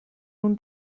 nun